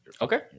okay